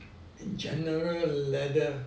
is general leather